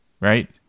right